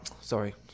Sorry